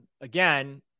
again